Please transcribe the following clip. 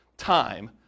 Time